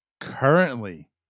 currently